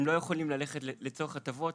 הם לא יכולים ללכת לצורך הטבות.